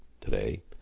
today